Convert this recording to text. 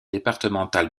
départementale